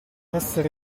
essere